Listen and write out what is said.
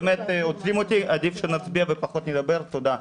עוצרים אותי, עדיף שנצביע ופחות נדבר, תודה.